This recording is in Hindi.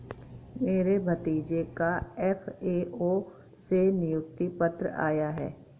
मेरे भतीजे का एफ.ए.ओ से नियुक्ति पत्र आया है